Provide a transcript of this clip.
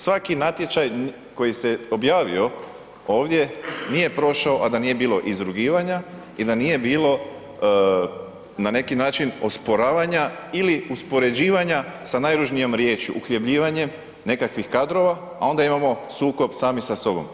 Svaki natječaj koji se objavio ovdje, nije prošao a da nije bilo izrugivanja i da nije bilo na neki način osporavanja ili uspoređivanja sa najružnijom riječi uhljebljivanjem nekakvih kadrova, a onda imamo sukob sami sa sobom.